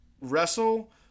wrestle